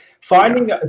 finding